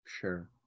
Sure